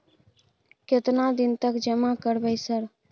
केतना दिन तक जमा करबै सर?